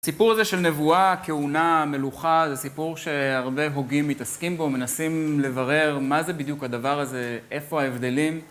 הסיפור הזה של נבואה, כהונה, מלוכה, זה סיפור שהרבה הוגים מתעסקים בו, מנסים לברר מה זה בדיוק הדבר הזה, איפה ההבדלים.